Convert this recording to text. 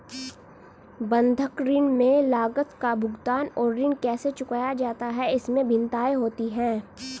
बंधक ऋण में लागत का भुगतान और ऋण कैसे चुकाया जाता है, इसमें भिन्नताएं होती हैं